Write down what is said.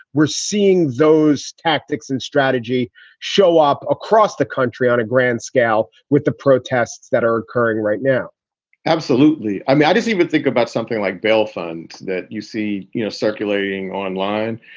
we're seeing those tactics and strategy show up across the country on a grand scale with the protests that are occurring right now absolutely. i mean, i didn't even think about something like bell fund that you see you know circulating online.